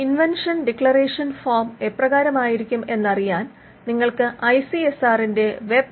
invention declaration form എപ്രകാരമായിരിക്കും എന്നറിയാൻ നിങ്ങൾക്ക് ഐ സി എസ് ആറിന്റെ വെബ് ലിങ്ക് www